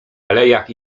alejach